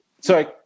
Sorry